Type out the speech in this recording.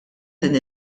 din